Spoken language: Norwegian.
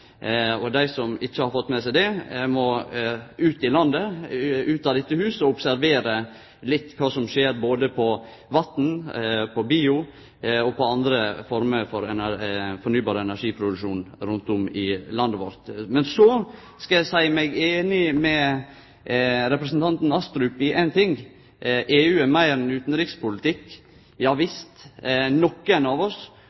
og dei som ikkje har fått med seg det, må ut i landet, ut av dette huset og observere litt kva som skjer, både på vatn, på bio og innan andre former for fornybar energiproduksjon rundt om i landet vårt. Men så skal eg seie meg einig med representanten Astrup i éin ting: EU er meir enn utanrikspolitikk. Ja visst! Nokre av oss